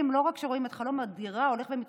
לא רק שרואים את חלום מהדירה הולך ומתרחק,